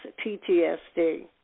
PTSD